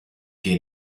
che